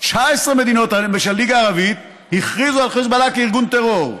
19 מדינות של הליגה הערבית הכריזו על החיזבאללה כארגון טרור,